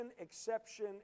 exception